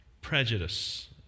prejudice